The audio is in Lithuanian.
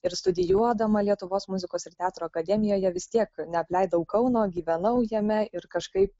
ir studijuodama lietuvos muzikos ir teatro akademijoje vis tiek neapleidau kauno gyvenau jame ir kažkaip